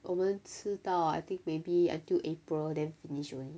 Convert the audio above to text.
我们吃到 I think maybe until april then finish only